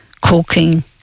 cooking